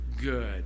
good